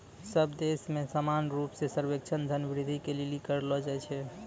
सब देश मे समान रूप से सर्वेक्षण धन वृद्धि के लिली करलो जाय छै